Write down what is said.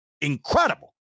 incredible